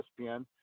ESPN